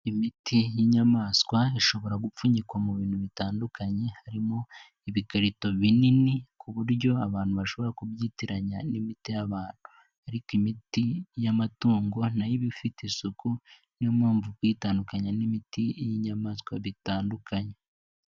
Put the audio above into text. Imiti y'inyamaswa ishobora gupfunyikwa mu bintu bitandukanye. Harimo ibikarito binini ku buryo abantu bashobora kubyitiranya n'imiti y'abantu ariko imiti y'amatungo nayo iba ifite isuku, niyo mpamvu kuyitandukanya n'imiti y'inyamaswa bitandukanye.